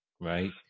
right